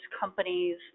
companies